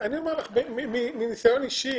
אני אומר לך מניסיון אישי.